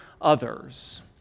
others